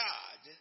God